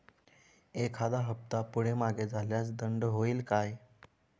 एखादा हफ्ता पुढे मागे झाल्यास दंड होईल काय?